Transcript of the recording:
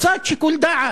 קצת שיקול דעת.